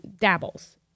Dabble's